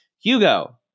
Hugo